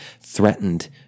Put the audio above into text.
threatened